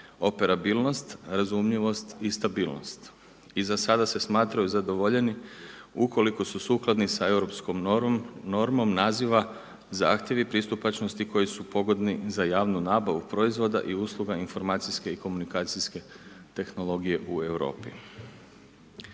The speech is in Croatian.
operabilnost, razumljivost i stabilnost. I za sada se smatraju zadovoljeni ukoliko su sukladni sa europskom normom naziva zahtjevi pristupačnosti koji su pogodni za javnu nabavu proizvoda i usluga informacijske i komunikacijske tehnologije u Europi.